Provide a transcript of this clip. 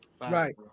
Right